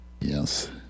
Yes